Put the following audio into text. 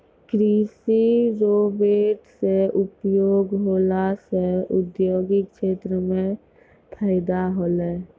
कृषि रोवेट से उपयोग होला से औद्योगिक क्षेत्र मे फैदा होलै